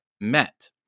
met